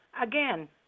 Again